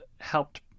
helped